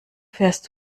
fährst